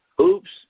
Oops